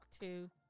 two